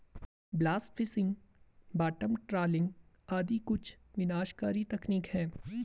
blast fishing, bottom trawling आदि कुछ विनाशकारी तकनीक है